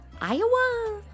Iowa